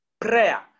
prayer